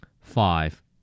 Five